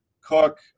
Cook